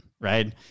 right